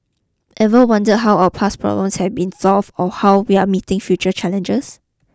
ever wonder how our past problems have been solved or how we are meeting future challenges